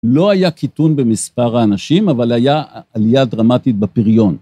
לא היה קיטון במספר האנשים אבל היה עלייה דרמטית בפריון.